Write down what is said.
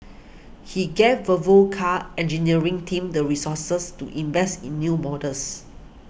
he gave Volvo Car's engineering team the resources to invest in new models